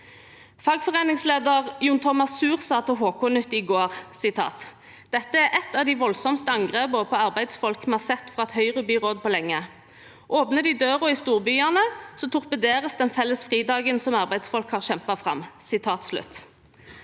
Fagforeningsleder John Thomas Suhr sa til HK-Nytt i går: «Dette er et av de voldsomste angrepa på arbeidsfolk vi har sett fra et Høyre-byråd på lenge. Åpner de døra i storbyene, torpederes den felles fridagen som arbeidsfolk har kjempa fram.»